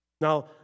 Now